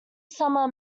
summer